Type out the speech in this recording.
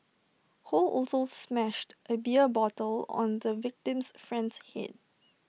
ho also smashed A beer bottle on the victim's friend's Head